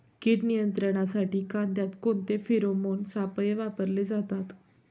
कीड नियंत्रणासाठी कांद्यात कोणते फेरोमोन सापळे वापरले जातात?